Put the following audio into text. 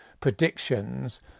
predictions